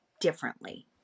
differently